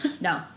No